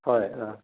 হয় অঁ